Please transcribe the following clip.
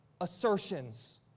assertions